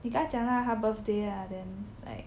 你跟他讲啦他 birthday ah then like